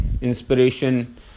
inspiration